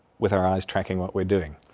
with our eyes tracking what we are doing.